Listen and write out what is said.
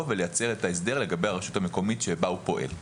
ולייצר את ההסדר לגבי הרשות המקומית בה הוא פועל.